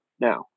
now